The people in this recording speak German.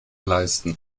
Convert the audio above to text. leisten